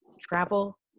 travel